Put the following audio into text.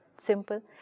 Simple